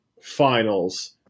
finals